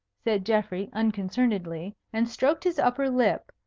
said geoffrey, unconcernedly, and stroked his upper lip,